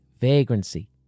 vagrancy